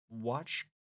Watch